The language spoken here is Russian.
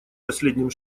последним